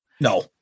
no